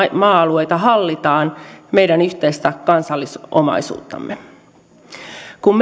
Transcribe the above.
ja maa alueita hallitaan meidän yhteistä kansallisomaisuuttamme kun